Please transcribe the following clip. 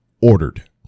ordered